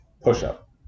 push-up